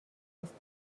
رسید